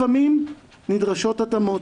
לפעמים נדרשות התאמות,